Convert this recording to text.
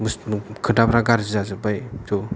खोथाफ्रा गारजि जाजोब्बाय